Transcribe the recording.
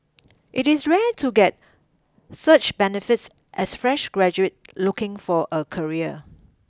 it is rare to get such benefits as fresh graduate looking for a career